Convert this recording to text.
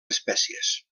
espècies